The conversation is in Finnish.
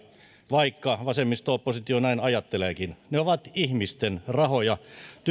vaikka vasemmisto oppositio näin ajatteleekin ne ovat ihmisten rahoja työllä